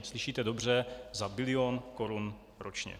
Slyšíte dobře: za bilion korun ročně!